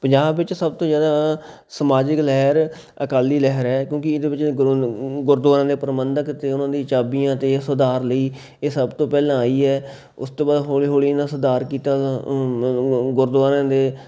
ਪੰਜਾਬ ਵਿੱਚ ਸਭ ਤੋਂ ਜ਼ਿਆਦਾ ਸਮਾਜਿਕ ਲਹਿਰ ਅਕਾਲੀ ਲਹਿਰ ਹੈ ਕਿਉਂਕਿ ਇਹਦੇ ਵਿੱਚ ਗੁਰੂ ਗੁਰਦੁਆਰਿਆਂ ਦੇ ਪ੍ਰਬੰਧਕ ਅਤੇ ਉਹਨਾਂ ਦੀ ਚਾਬੀਆਂ ਅਤੇ ਸੁਧਾਰ ਲਈ ਇਹ ਸਭ ਤੋਂ ਪਹਿਲਾਂ ਆਈ ਹੈ ਉਸ ਤੋਂ ਬਾਅਦ ਹੌਲੀ ਹੌਲੀ ਇਹਨਾਂ ਸੁਧਾਰ ਕੀਤਾ ਗੁਰਦੁਆਰਿਆਂ ਦੇ